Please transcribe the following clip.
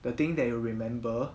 the thing that you will remember